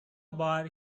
bar